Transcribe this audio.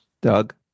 Doug